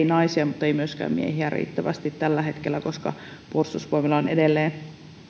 naisia mutta ei myöskään miehiä riittävästi tällä hetkellä koska puolustusvoimilla on edelleen